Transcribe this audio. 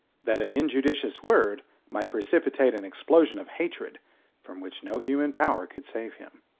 that an injudicious word might precipitate an explosion of hatred from which no human power could save him.